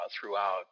Throughout